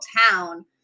town